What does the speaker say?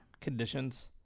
conditions